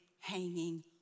hanging